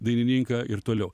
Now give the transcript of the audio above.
dainininką ir toliau